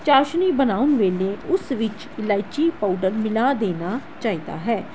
ਚਾਸ਼ਨੀ ਬਣਾਉਣ ਵੇਲੇ ਉਸ ਵਿੱਚ ਇਲਾਇਚੀ ਪਾਊਡਰ ਮਿਲਾ ਦੇਣਾ ਚਾਹੀਦਾ ਹੈ